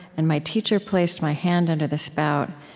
and my teacher placed my hand under the spout.